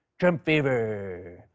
trump fever!